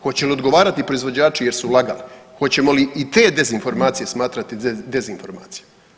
Hoće li odgovarati proizvođači jer su lagali, hoćemo li i te dezinformacije smatrati dezinformacijama?